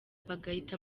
bagahita